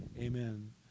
amen